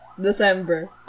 December